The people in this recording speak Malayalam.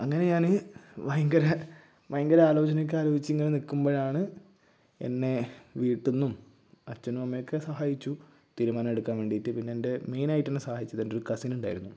അങ്ങനെ ഞാന് ഭയങ്കര ഭയങ്കര ആലോചന ഒക്കെ ആലോചിച്ചിങ്ങനെ നിക്കുമ്പഴാണ് എന്നെ വീട്ടിൽ നിന്നും അച്ഛനും അമ്മയക്കെ സഹായിച്ചു തീരുമാനം എടുക്കാൻ വേണ്ടീട്ട് പിന്നെ എൻ്റെ മെയിനായിട്ട് എന്നെ സഹായിച്ചത് എൻ്റെ ഒരു കസിൻ ഉണ്ടായിരുന്നു